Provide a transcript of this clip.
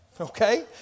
Okay